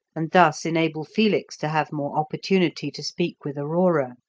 and thus enable felix to have more opportunity to speak with aurora.